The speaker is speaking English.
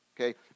okay